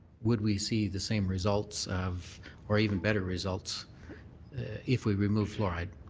would we see the same results of or even better results if we removed fluoride?